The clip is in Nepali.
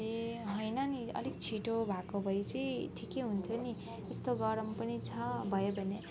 ए होइन नि अलिक छिटो भएको भए चाहिँ ठिकै हुन्थ्यो नि यस्तो गरम पनि छ भयो भने